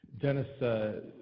Dennis